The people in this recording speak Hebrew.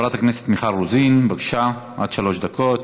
חברת הכנסת מיכל רוזין, בבקשה, עד שלוש דקות.